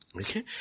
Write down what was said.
Okay